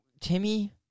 Timmy